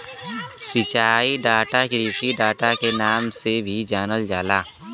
सिंचाई डाटा कृषि डाटा के नाम से भी जानल जाला